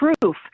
proof